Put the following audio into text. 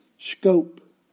scope